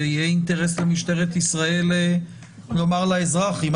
ויהיה אינטרס למשטרת ישראל לומר לאזרח: אם